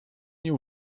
nie